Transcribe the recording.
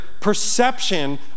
perception